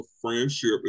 friendship